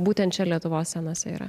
būtent čia lietuvos scenose yra